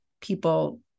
people